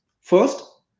First